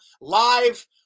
Live